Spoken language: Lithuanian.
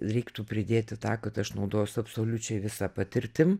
reiktų pridėti tą kad aš naudojuos absoliučiai visa patirtim